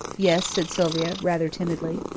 yes, said sylvia, rather timidly.